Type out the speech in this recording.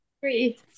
three